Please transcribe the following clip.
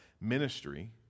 ministry